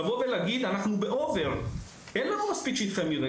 להגיד: ״אנחנו ב- over,״ אין לנו מספיק שטחי מרעה.